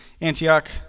Antioch